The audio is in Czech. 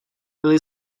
byly